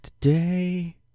today